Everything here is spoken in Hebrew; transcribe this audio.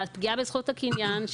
הפגיעה בזכות הקניין,